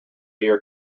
dear